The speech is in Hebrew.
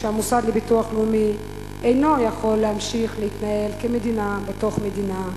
שהמוסד לביטוח לאומי אינו יכול להמשיך להתנהל כמדינה בתוך מדינה,